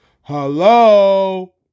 hello